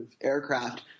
aircraft